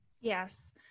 Yes